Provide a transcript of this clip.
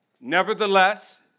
Nevertheless